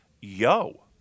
Yo